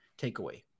takeaway